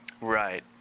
right